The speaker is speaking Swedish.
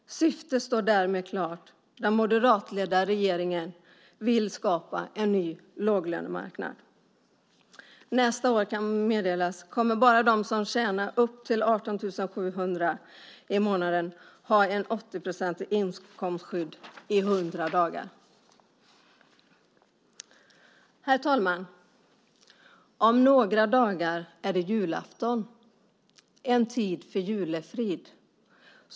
Syftet står därmed klart: Den moderatledda regeringen vill skapa en ny låglönemarknad. Nästa år, kan det meddelas, kommer bara de som tjänar upp till 18 700 kr i månaden att ha ett 80-procentigt inkomstskydd i 100 dagar. Herr talman! Om några dagar är det julafton. Det är en tid för julefrid.